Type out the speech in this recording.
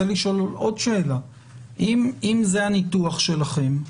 אם זה הניתוח שלכם,